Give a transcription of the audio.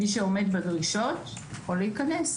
מי שעומד בדרישות יכול להיכנס.